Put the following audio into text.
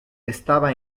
estaba